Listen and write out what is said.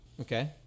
Okay